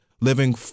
living